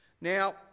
now